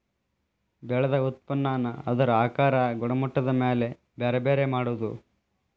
ಬೆಳದ ಉತ್ಪನ್ನಾನ ಅದರ ಆಕಾರಾ ಗುಣಮಟ್ಟದ ಮ್ಯಾಲ ಬ್ಯಾರೆ ಬ್ಯಾರೆ ಮಾಡುದು